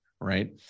right